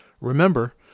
Remember